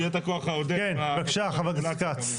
כן, בבקשה, חבר הכנסת כץ.